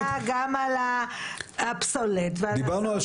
דיברת בהתחלה גם על הפסולת ועל הסעות.